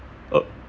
ugh